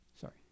sorry